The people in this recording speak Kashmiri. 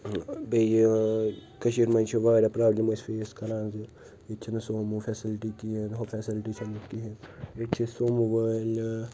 ٲں بیٚیہِ کشیٗرِ منٛز چھِ واریاہ پرٛابلِم أسۍ فیس کران زِ ییٚتہٕ چھَنہٕ سوموٗ فیسَلٹی کہیٖنۍ ہۄ فیسلٹی چھَنہٕ کہیٖنۍ ییٚتہِ چھِ اسہِ سوموٗ وٲلۍ ٲں